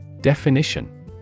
Definition